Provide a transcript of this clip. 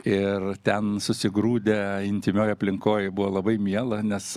ir ten susigrūdę intymioj aplinkoj buvo labai miela nes